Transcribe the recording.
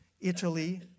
Italy